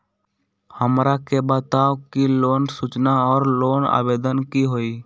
हमरा के बताव कि लोन सूचना और लोन आवेदन की होई?